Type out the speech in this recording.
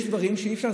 יש דברים שאי-אפשר,